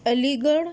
علی گڑھ